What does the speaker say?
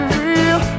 real